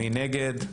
מי נגד?